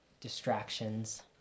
Distractions